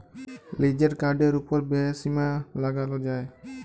লিজের কার্ডের ওপর ব্যয়ের সীমা লাগাল যায়